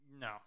no